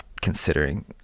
Considering